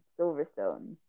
Silverstone